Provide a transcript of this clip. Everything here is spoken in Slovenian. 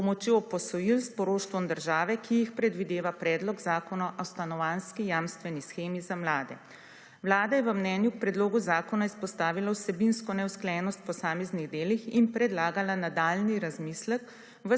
s pomočjo posojil, s poroštvom države, ki jih predvideva predlog zakona o stanovanjski jamstveni shemi za mlade. Vlada je v mnenju k predlogu zakona izpostavila vsebinsko neusklajenost v posameznih delih in predlagala nadaljnji razmislek